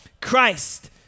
Christ